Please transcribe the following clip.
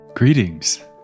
Greetings